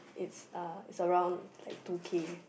it's uh it's around like two K